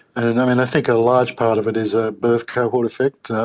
and and um and i think a large part of it is a birth cohort effect.